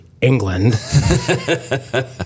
England